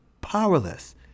powerless